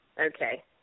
Okay